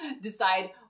decide